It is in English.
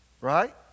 Right